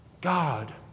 God